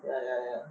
ya ya ya